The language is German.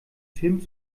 film